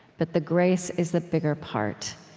but the grace is the bigger part.